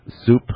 soup